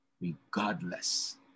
regardless